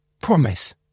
Promise